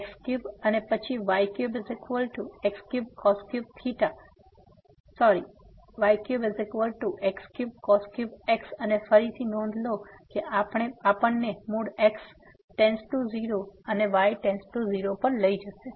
તેથી અહીં x3 અને પછી y3x3x અને ફરીથી નોંધ લો કે આ આપણને મૂળ x→0y→0 પર લઈ જશે